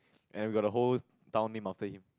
and we've got a whole town named after him